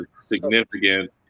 significant